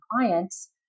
clients